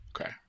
Okay